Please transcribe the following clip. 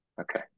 Okay